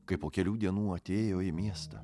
kai po kelių dienų atėjo į miestą